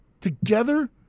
Together